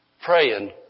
praying